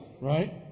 Right